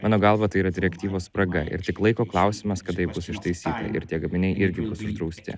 mano galva tai yra direktyvos spraga ir tik laiko klausimas kada ji bus ištaisyta ir tie gaminiai irgi uždrausti